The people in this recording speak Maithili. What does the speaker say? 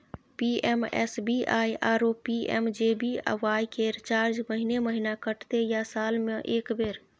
पी.एम.एस.बी.वाई आरो पी.एम.जे.बी.वाई के चार्ज महीने महीना कटते या साल म एक बेर?